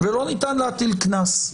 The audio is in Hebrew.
ולא ניתן להטיל קנס.